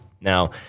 Now